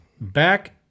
Back